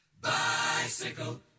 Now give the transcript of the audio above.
Bicycle